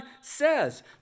says